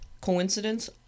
coincidence